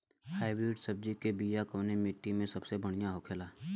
Hybrid सब्जी के बिया कवने मिट्टी में सबसे बढ़ियां होखे ला?